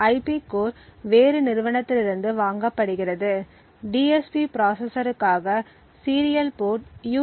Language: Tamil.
ஐபி கோர் வேறொரு நிறுவனத்திலிருந்து வாங்கப்படுகிறது DSP ப்ராசசருக்காக சீரியல் போர்ட் யூ